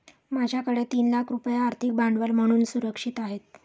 माझ्याकडे तीन लाख रुपये आर्थिक भांडवल म्हणून सुरक्षित आहेत